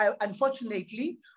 unfortunately